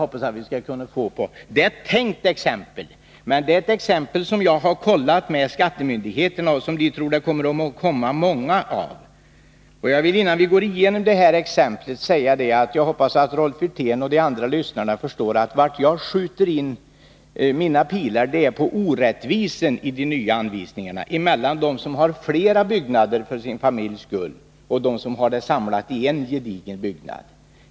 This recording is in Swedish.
Detta är ett tänkt exempel, men jag har kollat det med skattemyndigheten, där man tror att det kommer att bli många sådana fall. Innan vi går igenom exemplet vill jag säga att jag hoppas att Rolf Wirtén och de andra lyssnarna förstår att jag skjuter in mina pilar på orättvisorna i de nya anvisningarna mellan dem som har flera byggnader för sin familjs skull och dem som har allt samlat i en gedigen byggnad.